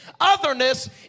otherness